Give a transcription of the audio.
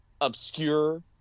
obscure